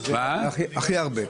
זה הכי הרבה.